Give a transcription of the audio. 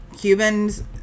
Cubans